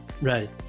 right